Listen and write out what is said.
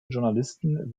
journalisten